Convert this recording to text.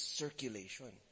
circulation